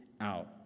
out